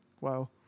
Wow